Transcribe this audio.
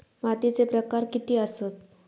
मातीचे प्रकार किती आसत?